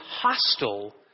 hostile